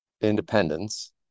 independence